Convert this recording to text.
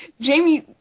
Jamie